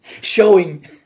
Showing